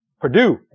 Purdue